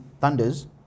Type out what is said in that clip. Thunders